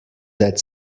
that